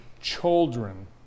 children